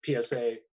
PSA